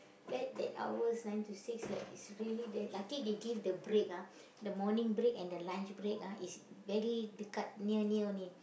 like that hours nine to six like is really that lucky they give the break ah the morning break and the lunch break ah is very big but near near only